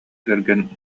кэргэн